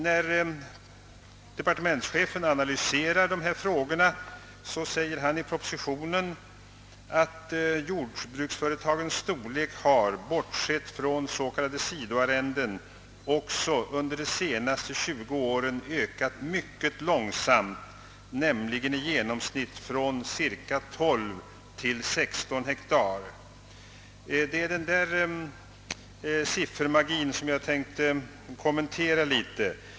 När departementschefen analyserar dessa frågor säger han i propositionen: »Jordbruksföretagens storlek har, bortsett från s.k. sidoarrenden, också under de senaste tjugo åren ökat mycket långsamt, nämligen i genomsnitt från ungefär 12 till 16 ha.» Jag vill kommentera denna siffermagi något.